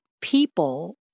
people